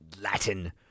Latin